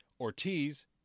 Ortiz